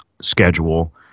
schedule